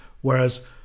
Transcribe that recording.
whereas